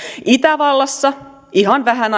itävallassa ihan vähän